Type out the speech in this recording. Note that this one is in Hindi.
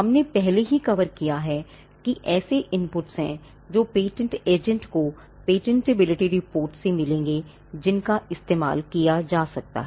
हमने पहले ही कवर कर लिया है कि ऐसे इनपुट्स से मिलेंगे जिनका इस्तेमाल किया जा सकता है